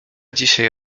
dzisiaj